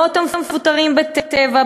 מאות המפוטרים ב"טבע",